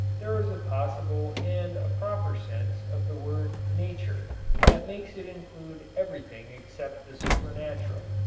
there is a possible and a proper sense of the word nature that makes it include everything except the supernatural.